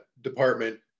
department